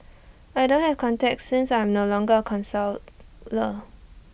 I don't have contacts since I am no longer A counsellor